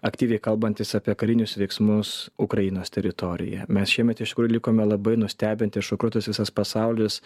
aktyviai kalbantys apie karinius veiksmus ukrainos teritoriją mes šiemet iš tikrųjų likome labai nustebinti šokiruotas visas pasaulis